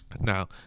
Now